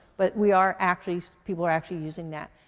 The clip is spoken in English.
but we are actually. so people are actually using that.